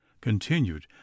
continued